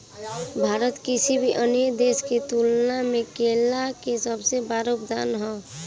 भारत किसी भी अन्य देश की तुलना में केला के सबसे बड़ा उत्पादक ह